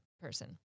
person